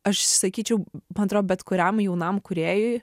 aš sakyčiau man atrodo bet kuriam jaunam kūrėjui